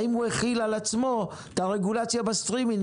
האם הוא החיל על עצמו את הרגולציה בסטרימינג